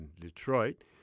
Detroit